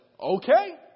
okay